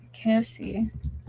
KFC